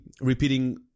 repeating